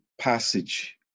passage